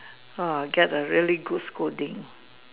!wah! get a really good scolding